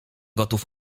gotów